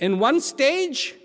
in one stage